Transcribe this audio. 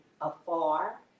afar